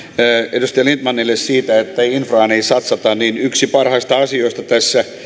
edustaja lindtmanille siitä että infraan ei satsata yksi parhaista asioista tässä